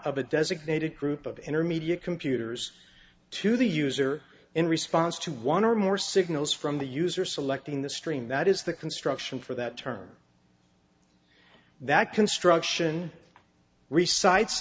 of a designated group of intermediate computers to the user in response to one or more signals from the user selecting the stream that is the construction for that term that construction recites